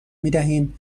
میدهیم